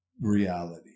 reality